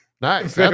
Nice